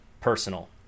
personal